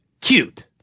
cute